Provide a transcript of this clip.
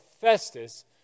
Festus